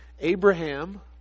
Abraham